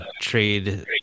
trade